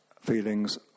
feelings